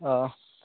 অঁ